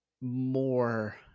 more